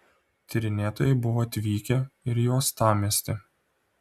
tyrinėtojai buvo atvykę ir į uostamiestį